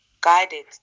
guided